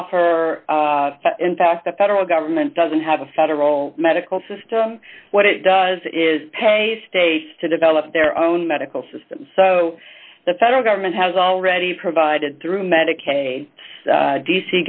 offer in fact the federal government doesn't have a federal medical system what it does is pay states to develop their own medical system so the federal government has already provided through medicaid